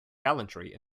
gallantry